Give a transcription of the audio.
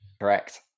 Correct